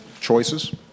choices